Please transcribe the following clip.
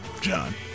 John